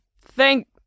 Thank